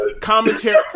Commentary